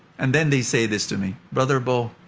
and then they say this to me, brother bo,